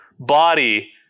body